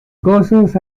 gozos